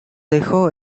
dejó